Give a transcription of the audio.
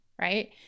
right